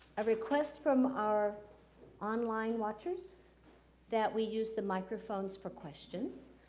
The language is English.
a request from our online watchers that we use the microphones for questions,